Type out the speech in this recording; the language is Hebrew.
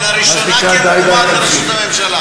זה לראשונה כמועמד לראשות הממשלה.